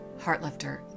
Heartlifter